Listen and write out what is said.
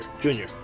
Junior